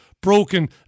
broken